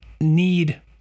need